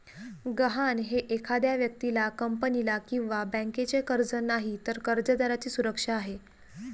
गहाण हे एखाद्या व्यक्तीला, कंपनीला किंवा बँकेचे कर्ज नाही, तर कर्जदाराची सुरक्षा आहे